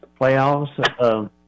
playoffs